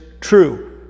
true